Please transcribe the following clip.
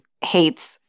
hates